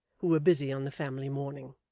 who were busy on the family mourning.